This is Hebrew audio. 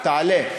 תעלה.